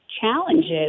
challenges